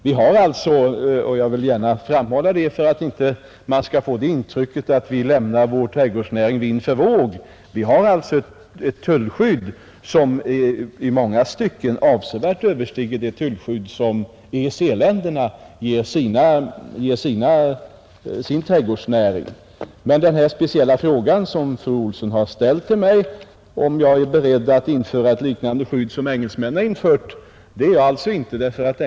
Vi har alltså — jag vill gärna framhålla det för att man inte skall få intrycket att vi lämnar vår trädgårdsnäring vind för våg — ett tullskydd som i många stycken avsevärt överstiger det tullskydd som EEC-länderna ger sin trädgårdsnäring. Men på den speciella fråga som fru Olsson har ställt till mig — om jag är beredd att införa ett skydd liknande det som engelsmännen infört — måste jag svara att det är jag inte.